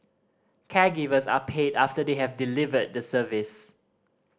caregivers are paid after they have delivered the service